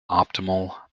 optimal